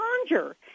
conjure